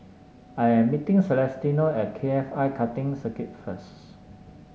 I am meeting Celestino at K F I Karting Circuit first